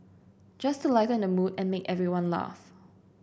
just to lighten the mood and make everyone laugh